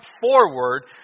forward